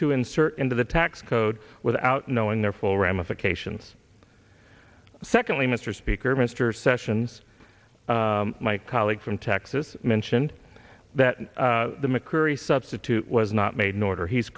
to insert into the tax code without knowing their full ramifications secondly mr speaker mr sessions my colleague from texas mentioned that the mccurry substitute was not made in order he's